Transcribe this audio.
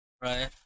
Right